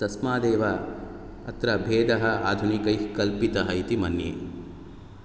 तस्मादेव अत्र भेदः आधुनुकैः कल्पितः इति मन्ये